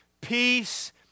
peace